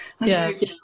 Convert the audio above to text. Yes